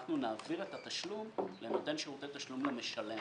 אנחנו נעביר את התשלום לנותן שירותי תשלום למשלם.